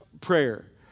prayer